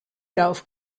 drauf